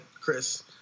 Chris